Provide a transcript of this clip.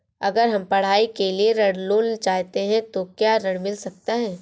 अगर हम पढ़ाई के लिए ऋण लेना चाहते हैं तो क्या ऋण मिल सकता है?